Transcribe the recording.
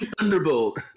Thunderbolt